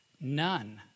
none